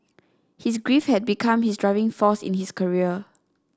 his grief had become his driving force in his career